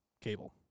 cable